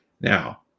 now